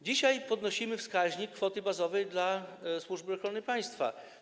Dzisiaj podnosimy wskaźnik kwoty bazowej dla Służby Ochrony Państwa.